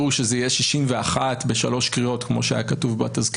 כשיש קואליציה שאין בה את האיזונים האלה,